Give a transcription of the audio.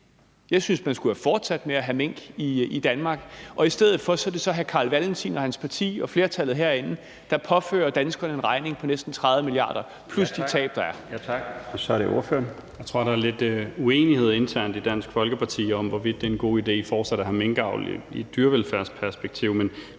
Jeg synes, at man skulle have fortsat med at have mink i Danmark. I stedet for er det så hr. Carl Valentin og hans parti og flertallet herinde, der påfører danskerne en regning på næsten 30 mia. kr. plus de tab, der er.